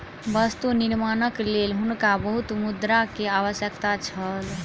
वस्तु निर्माणक लेल हुनका बहुत मुद्रा के आवश्यकता छल